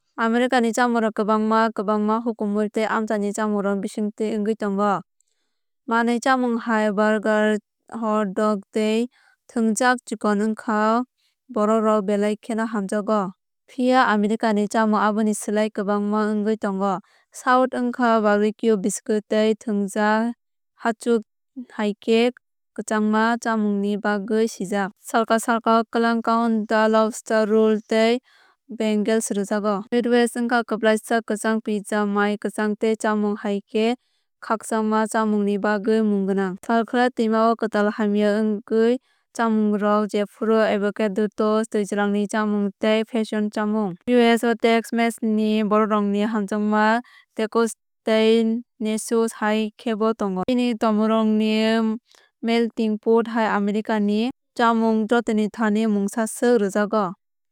America ni chamungrok kwbangma kwbangma hukumu tei amchaini chamungrokni bisingtwi wngwi tongo. Manui chamung hai burger hot dog tei thwngjak chikon wngkha borokrok belai kheno hamjakgo. Phiya American ni chamung aboni slai kwbangma wngwi thango. South wngkha barbecue biskut tei thwngjak hachwk hai khe kwchangma chamungni bagwi sijak. Salka salka o klam chowder lobster roll tei bagels rwjago. Midwest wngkha kwplaisa kwchang pizza mai kwchang tei chamung hai khe khakchangma chámungni bagwi mung gwnang. Salkhwlai twima o kwtal hamya wngnai chamungrok jephru avocado toast twijlangni chamung tei fusion chamung. US o Tex Mex ni borokrokni hamjakma tacos tei nachos hai khebo tongo. Bini tongmungrokni melting pot bai Americani chamung jotoni thani mungsa swk rwjago.